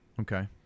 Okay